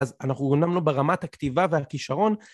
אז, אנחנו אמנם לא ברמת הכתיבה והכישרון...